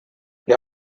ihr